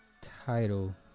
title